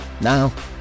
Now